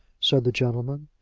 said the gentleman,